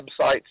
websites